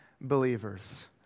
believers